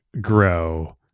grow